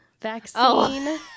vaccine